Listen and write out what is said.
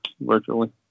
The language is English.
virtually